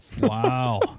Wow